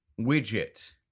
Widget